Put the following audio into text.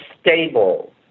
stable